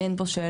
אין פה שאלה.